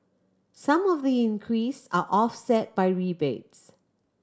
some of the increase are offset by rebates